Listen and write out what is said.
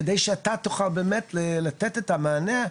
כדי שאתה תוכל באמת לתת את המענה,